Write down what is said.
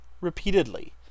Repeatedly